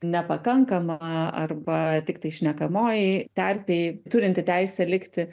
nepakankama arba tiktai šnekamoji terpėj turinti teisę likti